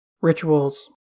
Rituals